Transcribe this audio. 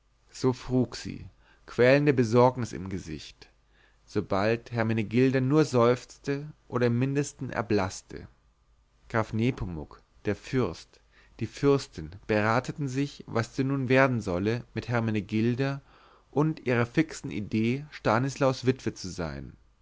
so frug sie quälende besorgnis im gesicht sobald hermenegilda nur seufzte oder im mindesten erblaßte graf nepomuk der fürst die fürstin berateten sich was es denn nun werden solle mit hermenegilda und ihrer fixen idee stanislaus witwe zu sein